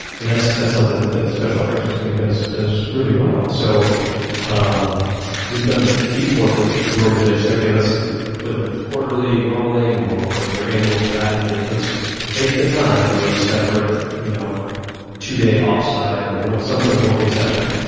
and that's that's something that the special operations community does does really well. and so um we've done deep work with with organizations, saying, let's whether it's quarterly, rolling, or or your annual strategy let's take the time to do a separate you know two-day offsite or some sort of working session.